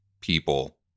people